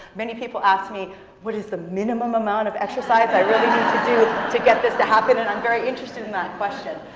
many people ask me what is the minimum amount of exercise i really need to do to get this to happen, and i'm very interested in that question.